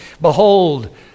behold